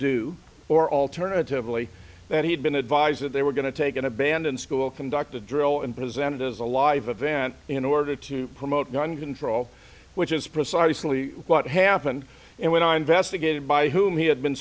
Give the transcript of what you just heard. do or alternatively that he had been advised that they were going to take an abandoned school conduct a drill and presented as a live event in order to promote gun control which is precisely what happened and when i investigated by whom he had been